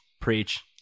Preach